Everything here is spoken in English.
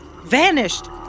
vanished